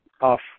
off